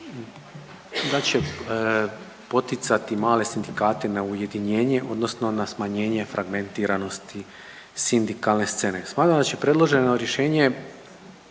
da će poticati male sindikate na ujedinjenje odnosno na smanjenje fragmentiranosti sindikalne scene. Smatram da će predloženo rješenje